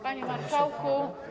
Panie Marszałku!